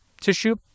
tissue